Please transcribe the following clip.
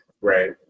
right